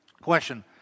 question